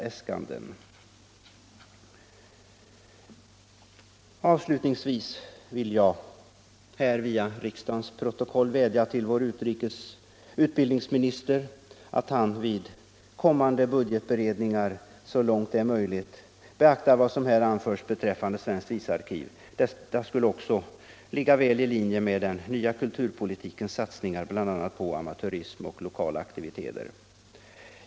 Engångsanslaget till svenskt visarkiv om 20 000 kr. synes mig därför som synnerligen befogat. Avslutningsvis vill jag via riksdagens protokoll vädja till vår utbildningsminister att han vid kommande budgetberedningar så långt det är möjligt beaktar vad jag anfört beträffande Svenskt visarkiv. Detta skulle också ligga väl i linje med den nya kulturpolitikens satsningar på bl.a. amatörism och lokala aktiviteter.